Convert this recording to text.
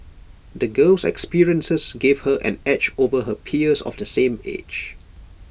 the girl's experiences gave her an edge over her peers of the same age